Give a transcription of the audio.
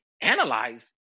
analyze